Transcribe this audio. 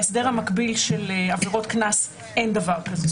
בהסדר המקביל של עבירות קנס אין דבר כזה,